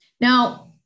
Now